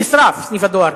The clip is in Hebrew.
נשרף סניף הדואר.